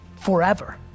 forever